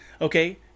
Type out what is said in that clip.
okay